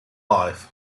life